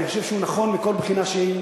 אני חושב שהוא נכון מכל בחינה שהיא,